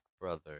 brother